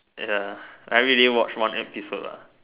ya I everyday watch one episode lah